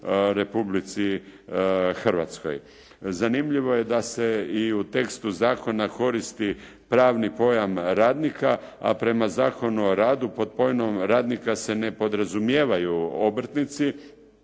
Republici Hrvatskoj. Zanimljivo je da se i u tekstu zakona koristi pravi pojam radnika, prema Zakonu o radu pod pojmom radnika se ne podrazumijevaju obrtnici